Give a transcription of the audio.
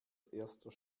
erster